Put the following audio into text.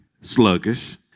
sluggish